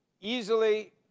easily